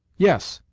yes.